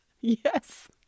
Yes